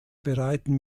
bereiten